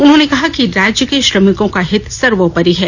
उन्होंने कहा कि राज्य के श्रमिकों का हित सर्वोपरि है